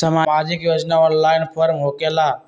समाजिक योजना offline form होकेला?